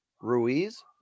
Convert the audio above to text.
Ruiz